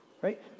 right